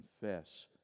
confess